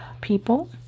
people